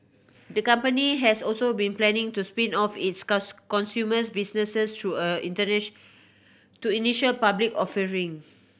the company has also been planning to spin off its consumer's businesses through a to initial public offering